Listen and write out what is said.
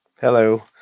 Hello